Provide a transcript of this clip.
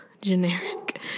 generic